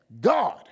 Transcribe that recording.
God